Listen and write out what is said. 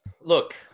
Look